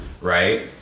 right